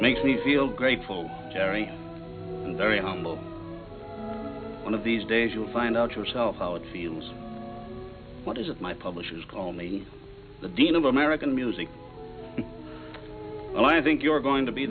makes me feel grateful jerry very humble one of these days you will find out yourself outfields what is it my publishers call me the dean of american music and i think you're going to be